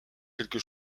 quelque